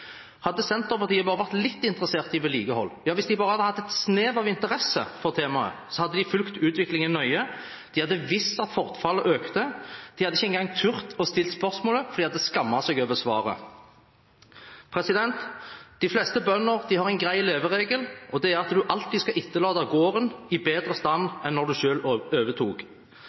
Hadde Senterpartiet bare vært litt interessert i vedlikehold, ja hvis de bare hadde hatt et snev av interesse for temaet, hadde de fulgt utviklingen nøye, de hadde visst at forfallet økte, de hadde ikke engang tort å stille spørsmålet, for de hadde skammet seg over svaret. De fleste bønder har en grei leveregel, og det er at du alltid skal etterlate gården i bedre stand enn da du selv overtok.